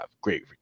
great